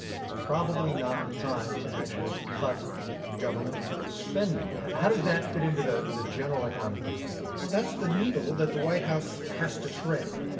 it's probably not the time to actually cut government spending. how does that fit into the the general economic picture? well, that's the needle that the white house has to thread.